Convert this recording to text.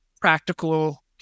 practical